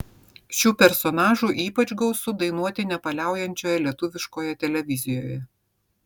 šių personažų ypač gausu dainuoti nepaliaujančioje lietuviškoje televizijoje